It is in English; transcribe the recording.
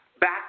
Back